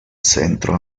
centro